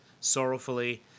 Sorrowfully